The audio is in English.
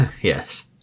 Yes